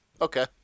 Okay